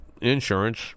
insurance